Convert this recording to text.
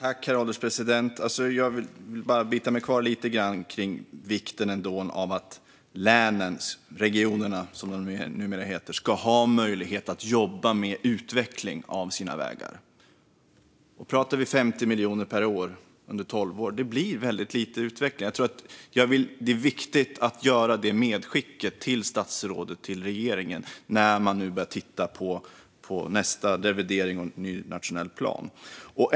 Herr ålderspresident! Jag vill bita mig kvar lite grann vid vikten av att regionerna ska ha möjlighet att jobba med utveckling av sina vägar. Med 50 miljoner per år under tolv år blir det väldigt lite utveckling. Det är viktigt att göra det medskicket till statsrådet och regeringen nu när de börjar titta på nästa revidering av den nationella planen.